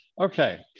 Okay